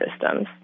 systems